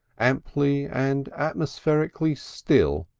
amply and atmospherically still,